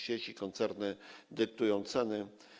Sieci, koncerny dyktują ceny.